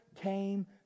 came